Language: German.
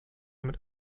mit